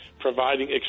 providing